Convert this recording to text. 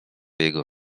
jego